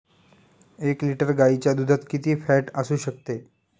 एक लिटर गाईच्या दुधात किती फॅट असू शकते?